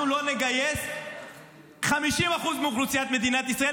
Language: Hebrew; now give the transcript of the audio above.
אנחנו לא נגייס 50% מאוכלוסיית מדינת ישראל,